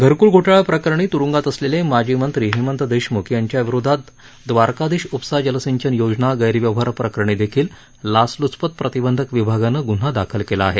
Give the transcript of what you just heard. घरक्ल घोटाळा प्रकरणी त्रुंगात असलेले माजीमंत्री हेमंत देशम्ख यांच्या विरोधात द्वारकाधिश उपसा जलसिंचन योजना गैरव्यवहार प्रकरणी देखील लाचल्चपत प्रतिबंधक विभागानं ग्न्हा दाखल केला आहे